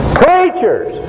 preachers